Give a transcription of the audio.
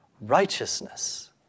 righteousness